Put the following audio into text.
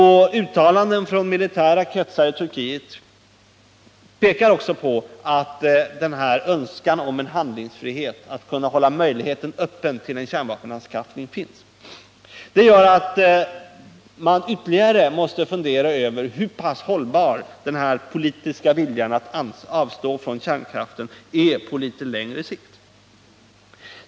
Också uttalanden från militära kretsar i Turkiet pekar på att denna önskan om en handlingsfrihet att kunna hålla möjligheten öppen för en kärnvapenanskaffning finns. Detta gör att man ytterligare måste fundera över hur pass hållbar den politiska viljan att avstå från kärnvapen är på litet längre sikt.